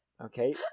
Okay